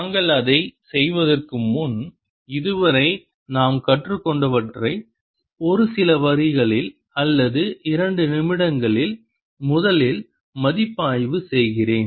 நாங்கள் அதைச் செய்வதற்கு முன் இதுவரை நாம் கற்றுக்கொண்டவற்றை ஒரு சில வரிகளில் அல்லது இரண்டு நிமிடங்களில் முதலில் மதிப்பாய்வு செய்கிறேன்